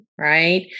right